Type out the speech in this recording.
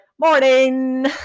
Morning